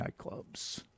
nightclubs